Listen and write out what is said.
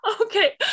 okay